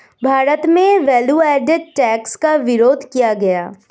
भारत में value added tax का विरोध किया गया